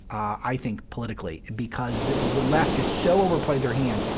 i think, politically, because the the left just so overplayed their hand,